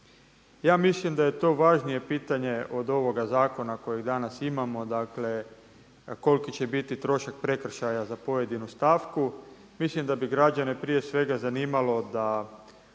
Ja mislim da je to važnije pitanje od ovoga zakona kojeg danas imamo, dakle koliki će biti trošak prekršaja za pojedinu stavku. Mislim da bi građane prije svega zanimalo da